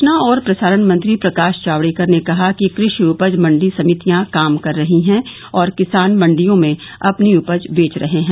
सूचना और प्रसारण मंत्री प्रकाश जावड़ेकर ने कहा कि कृषि उपज मंडी समितियां काम कर रही हैं और किसान मंडियों में अपनी उपज बेच रहे हैं